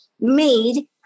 made